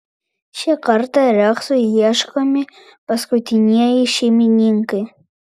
šį kartą reksui ieškomi paskutinieji šeimininkai